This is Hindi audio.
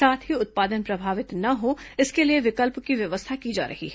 साथ ही उत्पादन प्रभावित न हो इसके लिए विकल्प की व्यवस्था की जा रही है